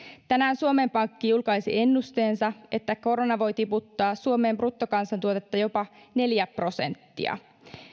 tänään suomen pankki julkaisi ennusteensa että korona voi tiputtaa suomen bruttokansantuotetta jopa neljä prosenttia